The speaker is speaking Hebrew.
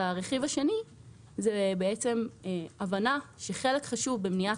והרכיב השני הוא הבנה שחלק חשוב במניעת